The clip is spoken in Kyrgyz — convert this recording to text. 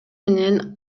менен